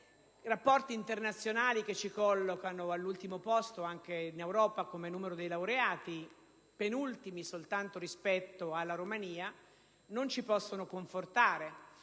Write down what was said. I rapporti internazionali che ci collocano all'ultimo posto, anche in Europa, come numero dei laureati, penultimi soltanto rispetto alla Romania, non ci possono confortare.